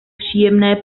příjemné